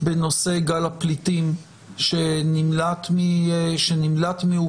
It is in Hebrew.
בנושא גל הפליטים שנמלט מאוקראינה,